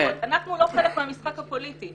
אנחנו לא חלק מהמשחק הפוליטי.